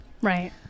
Right